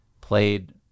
played